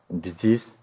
disease